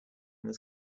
this